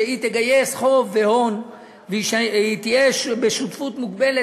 תגייס חוב והון ותהיה בשותפות מוגבלת.